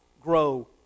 grow